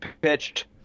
pitched